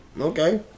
okay